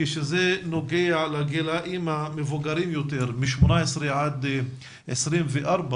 כשזה נוגע לגילים המבוגרים יותר, מגיל 18 עד 24,